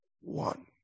one